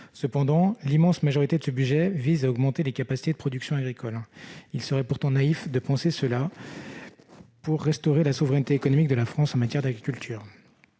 L'immense majorité de ce budget vise à augmenter les capacités de production agricoles. Il serait pourtant naïf de penser que ces crédits suffiront pour restaurer la souveraineté économique de la France en matière d'agriculture.